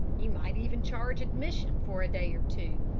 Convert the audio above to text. you might even charge admission for a day or two,